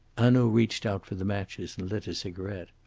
hanaud reached out for the matches and lit a cigarette.